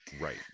right